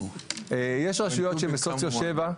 יש רשויות שהם בסוציו 7,